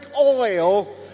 oil